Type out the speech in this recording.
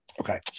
Okay